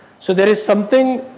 so, there is something,